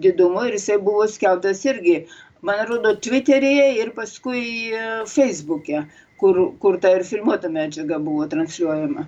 didumo ir jisai buvo skelbtas irgi man rodo tviteryje ir paskui feisbuke kur kur ta ir filmuota medžiaga buvo transliuojama